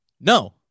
no